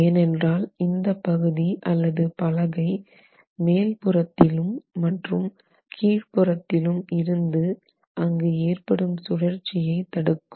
ஏனென்றால் இந்த பகுதி அல்லது பலகை மேல்புறத்திலும் மற்றும் கீழ்ப்புறத்திலும் இருந்து அங்கு ஏற்படும் சுழற்சியை தடுக்கும்